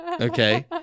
okay